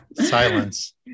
Silence